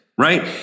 right